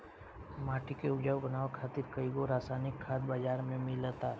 माटी के उपजाऊ बनावे खातिर कईगो रासायनिक खाद बाजार में मिलता